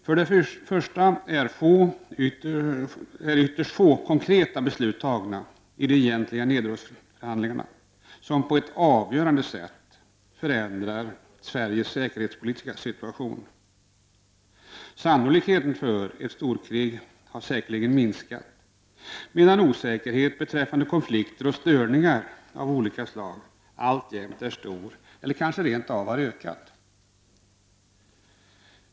För det första är ytterst få konkreta beslut fattade i de egentliga nedrustningsförhandlingarna som på ett avgörande sätt förändrar Sveriges säkerhetspolitiska situation. Sannolikheten för ett storkrig har säkerligen minskat, medan osäkerheten beträffande konflikter och störningar av olika slag alltjämt är stor eller kanske rent av har ökat.